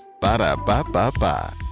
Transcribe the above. Ba-da-ba-ba-ba